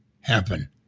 happen